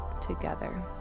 together